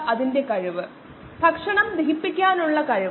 ഇവ സാധാരണമാണ് മറ്റ് തരങ്ങളും ഉണ്ടാകാം